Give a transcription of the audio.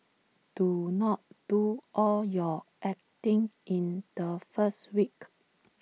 do not do all your acting in the first week